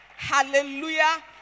Hallelujah